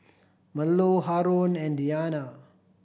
Melur Haron and Diyana